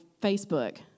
Facebook